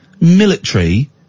military